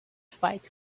fight